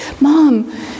mom